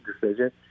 decision